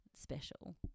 special